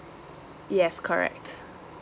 yes correct